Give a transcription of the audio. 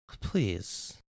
Please